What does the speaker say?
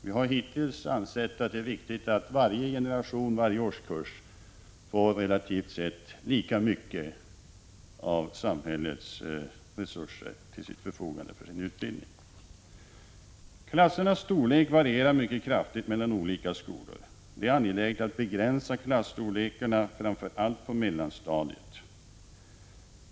Vi har hittills ansett att det är viktigt att varje generation och varje årskurs får relativt sett lika mycket av samhällets resurser till sitt förfogande för sin utbildning. Klassernas storlek varierar mycket kraftigt mellan olika skolor. Det är angeläget att begränsa klasstorlekarna, framför allt på mellanstadiet.